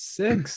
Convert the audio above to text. six